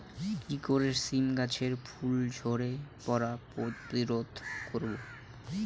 কি করে সীম গাছের ফুল ঝরে পড়া প্রতিরোধ করব?